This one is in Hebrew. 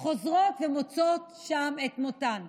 חוזרות ומוצאות שם את מותן.